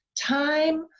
time